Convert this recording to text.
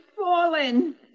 fallen